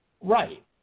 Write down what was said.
Right